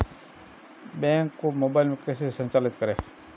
Bank को mobile में कैसे संचालित करें?